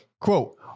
Quote